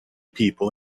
people